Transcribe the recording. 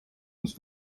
ins